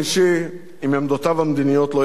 עם עמדותיו המדיניות לא הסכמתי מעולם.